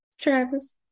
travis